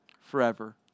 forever